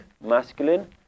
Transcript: masculine